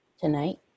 Tonight